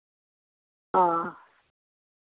हां